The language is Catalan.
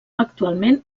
actualment